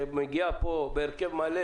שמגיע לפה בהרכב מלא